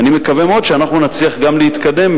ואני מקווה מאוד שאנחנו נצליח גם להתקדם